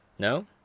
no